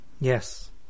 Yes